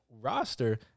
roster